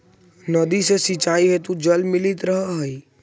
नदी से सिंचाई हेतु जल मिलित रहऽ हइ